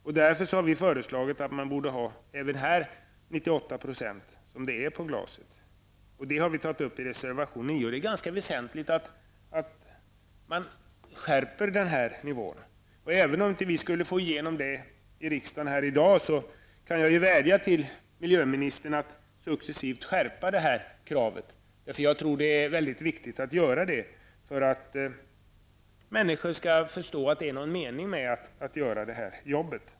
Vi har därför föreslagit att man även här som för returglaset borde ha en återtagsgrad på 98 %. Detta har vi tagit upp i reservation nr 9. Det är ganska väsentligt att man höjer denna nivå. Även om vi i dag inte skulle få igenom vårt förslag här i riksdagen, kan jag vädja till miljöministern att successivt skärpa kravet. Jag tror det är mycket viktigt att man gör detta för att människor skall förstå att det är någon mening med att returnera förpackningen.